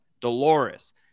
Dolores